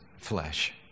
flesh